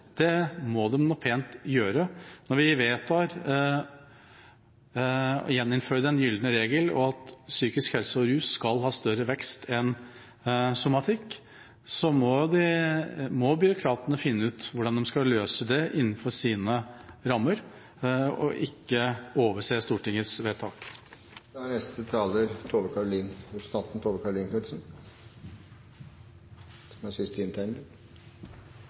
Det må de pent gjøre. Når vi vedtar å gjeninnføre «den gylne regel» og at psykisk helse og rus skal ha større vekst enn somatikk, må byråkratene finne ut hvordan de skal løse det innenfor rammene, og ikke overse Stortingets vedtak. Jeg tar ordet fordi jeg syntes det var særdeles interessant å høre hvordan denne ordningen med de 100 mill. kr til skolehelsetjenesten er tenkt, og hvordan den er